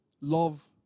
love